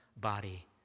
body